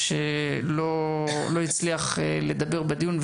על שלא הצליח לדבר בדיון.